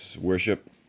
worship